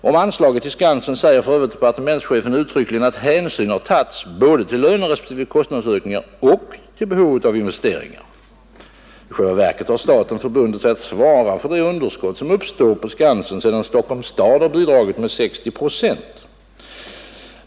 Om anslaget till Skansen säger för övrigt departementschefen uttryckligen att hänsyn har tagits både till lönerespektive kostnadsökningar och till behovet av investeringar. I själva verket har staten förbundit sig att svara för de underskott som uppstår på Skansen, sedan Stockholms stad bidragit med 60 procent.